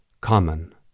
common